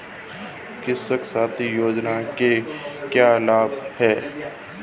कृषक साथी योजना के क्या लाभ हैं?